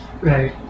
Right